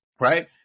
Right